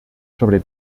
sobre